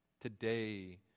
today